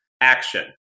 action